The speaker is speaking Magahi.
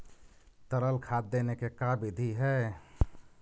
तरल खाद देने के का बिधि है?